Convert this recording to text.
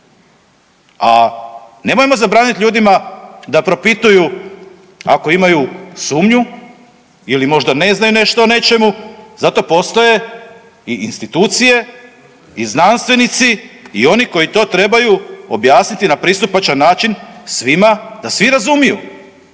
A nemojmo zabraniti ljudima da propituju ako imaju sumnju ili možda ne znaju nešto o nečemu zato postoje i institucije i znanstvenici i oni koji to trebaju objasniti na pristupačan način da svi razumiju.